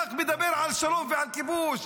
האזרח מדבר על השלום ועל הכיבוש,